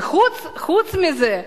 וחוץ מזה,